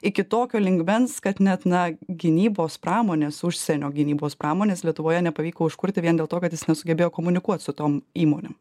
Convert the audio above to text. iki tokio lygmens kad net na gynybos pramonės užsienio gynybos pramonės lietuvoje nepavyko užkurti vien dėl to kad jis nesugebėjo komunikuot su tom įmonėm